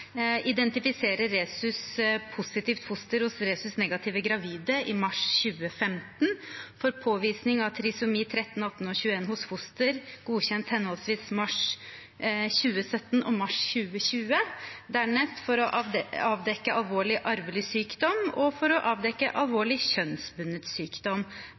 positivt foster hos rhesus negative gravide i mars 2015 påvisning av trisomi 13, 18 og 21 hos foster, godkjent i henholdsvis mars 2017 og mars 2020 avdekke alvorlig arvelig sykdom avdekke alvorlig kjønnsbundet sykdom De to sistnevnte formålene ble godkjent i april 2018. Kan helseministeren redegjøre for